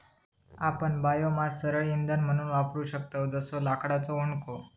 आपण बायोमास सरळ इंधन म्हणून वापरू शकतव जसो लाकडाचो ओंडको